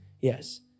Yes